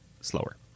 slower